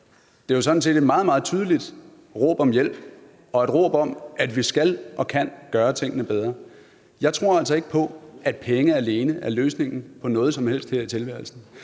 et meget, meget tydeligt råb om hjælp og et råb om, at vi skal og kan gøre tingene bedre. Jeg tror altså ikke på, at penge alene er løsningen på noget som helst her i tilværelsen.